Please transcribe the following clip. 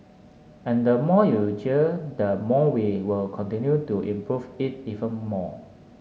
and the more you jeer the more we will continue to improve it even more